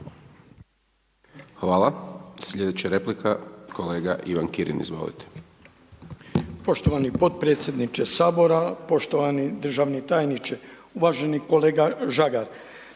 Hvala, sljedeća replika, kolega Ivan Kirin, izvolite. **Kirin, Ivan (HDZ)** Poštovani potpredsjedniče Sabora, poštovani državni tajniče, uvaženi kolega Žagar,